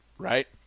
Right